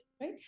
right